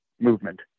movement